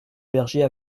berger